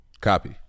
Copy